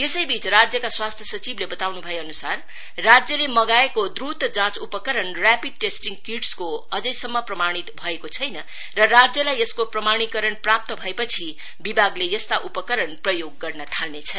यसैवीच राज्यका स्वास्थ्य सचिवले वताउनु भएअनुसार राज्यले मँगाएको द्रत जाँच उपकरण रैपीड टेस्टिङ किट्सको अझैसम्म प्रमाणित भएका छैन र राज्यलाई यसको प्रमाणिकरण प्राप्त भएपछि विभागले यस्ता उपकरण प्रयोग गर्न थालनेछ